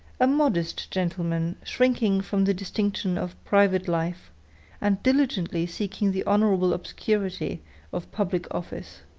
a modest gentleman shrinking from the distinction of private life and diligently seeking the honorable obscurity of public office.